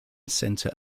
centre